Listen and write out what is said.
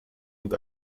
und